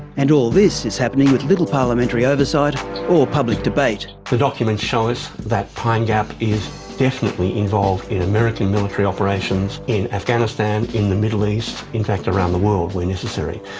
and all this is happening with little parliamentary oversight or public debate. the documents show us that pine gap is definitely involved in american military operations in afghanistan, in the middle east, in fact around the world where necessary.